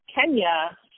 Kenya